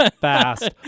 fast